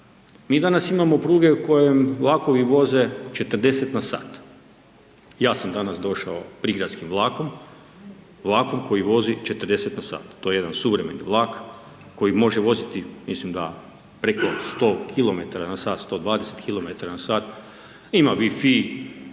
Mi danas imamo pruge u kojem vlakovi voze 40na sat. Ja sam danas došao prigradskim vlakom, vlakom koji vozi 40 na sat, to je jedan suvremeni vlak, koji može voziti mislim da preko 100 km/h, 120km/h, ima wi-fi